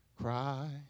Cry